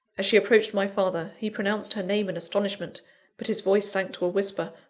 as she approached my father, he pronounced her name in astonishment but his voice sank to a whisper,